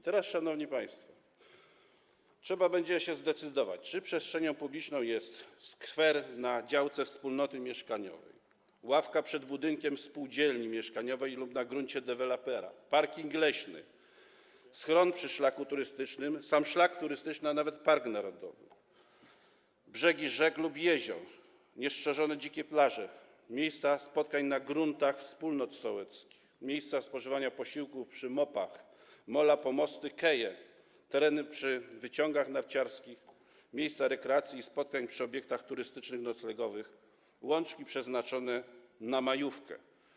Teraz, szanowni państwo, trzeba będzie się zdecydować, czy przestrzenią publiczną są: skwer na działce wspólnoty mieszkaniowej, ławka przed budynkiem spółdzielni mieszkaniowej lub na gruncie dewelopera, parking leśny, schron przy szlaku turystycznym, sam szlak turystyczny, a nawet park narodowy, brzegi rzek lub jezior, niestrzeżone dzikie plaże, miejsca spotkań na gruntach wspólnot sołeckich, miejsca spożywania posiłków przy MOP-ach, mola, pomosty, keje, tereny przy wyciągach narciarskich, miejsca rekreacji i spotkań przy obiektach turystycznych, noclegowych, łączki przeznaczone na majówkę.